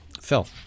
Phil